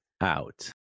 out